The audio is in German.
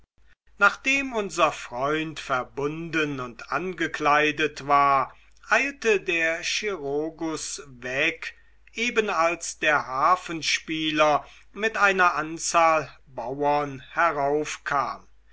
nachdem unser freund verbunden und angekleidet war eilte der chirurgus weg eben als der harfenspieler mit einer anzahl bauern heraufkam